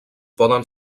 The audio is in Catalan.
poden